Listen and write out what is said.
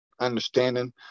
understanding